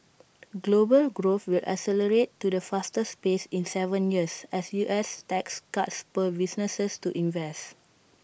global growth will accelerate to the fastest pace in Seven years as U S tax cuts spur businesses to invest